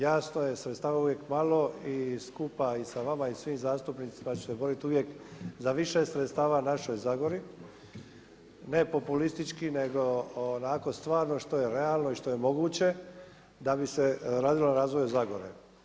Jasno je, sredstava je uvijek malo i skupa i sa vama i sa svim zastupnicima ću se boriti uvijek za više sredstava našoj Zagori, ne populistički nego onako stvarno što je realno i što je moguće da bi se radilo na razvoju Zagore.